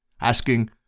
asking